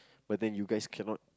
but then you guys cannot